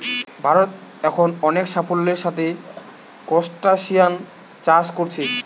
ভারত এখন অনেক সাফল্যের সাথে ক্রস্টাসিআন চাষ কোরছে